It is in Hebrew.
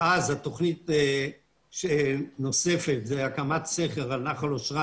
ואז התוכנית הנוספת היא הקמת סכר על נחל אשרת